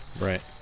Right